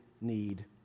need